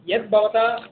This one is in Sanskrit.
यद् भवत्या